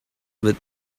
with